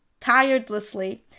tiredlessly